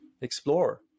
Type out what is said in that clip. explore